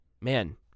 man